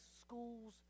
schools